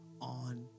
on